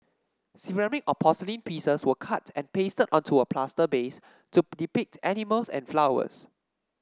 ceramic or porcelain pieces were cut and pasted onto a plaster base to depict animals and flowers